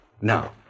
Now